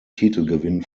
titelgewinn